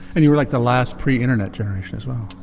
and you were like the last pre internet generation as well.